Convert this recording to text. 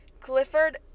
Clifford